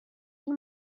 این